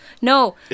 No